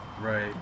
right